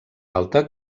alta